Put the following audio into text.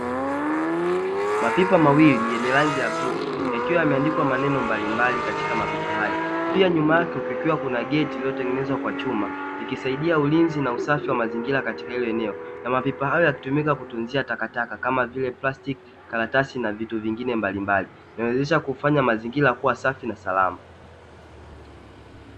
Mapipa mawili yenye rangi ya bluu, yakiwa yameandikwa maneno mbalimbali katika mapipa hayo, pia nyuma yake kukiwa kuna geti lililotengenezwa kwa chuma, ikisaidia ulinzi na usafi wa mazingira katika hilo eneo, na mapipa hayo yakitumika kutunzia takataka, kama vile plastiki, karatasi na vitu vingine mbalimabli, inawezesha mazingira kuwa safi na salama.